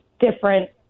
different